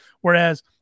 Whereas